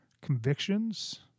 convictions